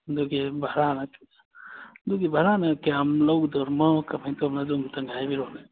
ꯑꯗꯨꯒꯤ ꯚꯔꯥꯅ ꯑꯗꯨꯒꯤ ꯚꯔꯥꯅ ꯀꯌꯥꯝ ꯂꯧꯗꯣꯔꯤꯅꯣ ꯀꯃꯥꯏꯅ ꯇꯧꯕꯅꯣ ꯑꯗꯨꯝꯇꯪ ꯍꯥꯏꯕꯤꯔꯛꯑꯣꯅꯦ